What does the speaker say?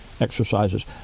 exercises